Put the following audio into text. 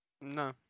No